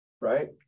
Right